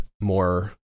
more